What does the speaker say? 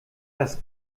das